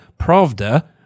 Pravda